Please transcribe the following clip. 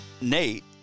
Nate